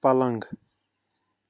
پلنٛگ